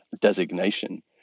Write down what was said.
designation